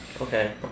Okay